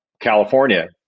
California